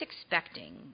expecting